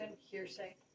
Hearsay